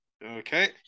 Okay